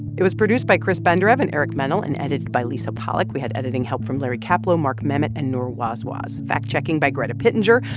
it was produced by chris benderev, and eric mennel and edited by lisa pollak. we had editing help from larry kaplow, mark memmott and noor wazwaz fact-checking by greta pittenger.